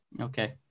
okay